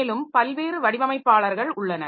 மேலும் பல்வேறு வடிவமைப்பாளர்கள் உள்ளனர்